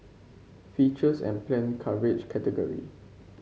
features and planned coverage category